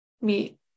meet